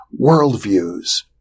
worldviews